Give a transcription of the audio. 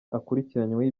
akurikiranyweho